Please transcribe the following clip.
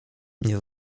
nie